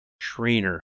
trainer